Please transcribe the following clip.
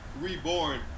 reborn